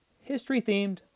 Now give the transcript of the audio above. history-themed